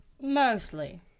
mostly